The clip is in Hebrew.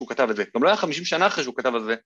‫הוא כתב את זה. ‫גם לא היה 50 שנה אחרי שהוא כתב את זה.